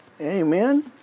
Amen